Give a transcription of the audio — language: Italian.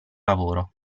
lavoro